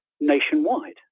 nationwide